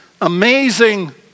amazing